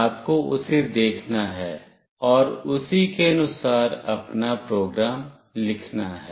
आपको उसे देखना है और उसी के अनुसार अपना प्रोग्राम लिखना है